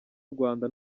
rwanda